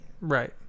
right